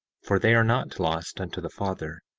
for they are not lost unto the father,